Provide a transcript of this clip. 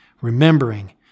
Remembering